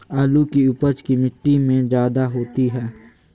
आलु की उपज की मिट्टी में जायदा होती है?